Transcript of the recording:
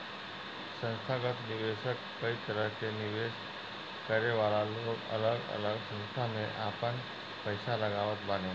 संथागत निवेशक कई तरह के निवेश करे वाला लोग अलग अलग संस्था में आपन पईसा लगावत बाने